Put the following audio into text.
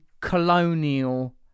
colonial